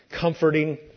comforting